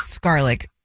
garlic